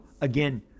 again